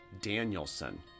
Danielson